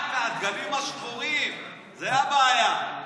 רק הדגלים השחורים, זו הבעיה.